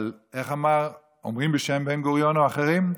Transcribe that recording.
אבל איך אומרים בשם בן-גוריון או אחרים?